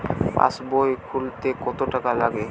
পাশবই খুলতে কতো টাকা লাগে?